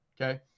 okay